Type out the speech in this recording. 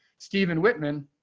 stephen whitman.